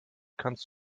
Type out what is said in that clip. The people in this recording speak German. kannst